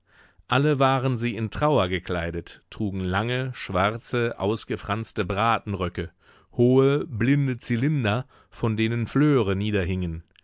alle waren sie in trauer gekleidet trugen lange schwarze ausgefranste bratenröcke hohe blinde zylinder von denen flöre niederhingen